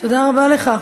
תודה רבה לך.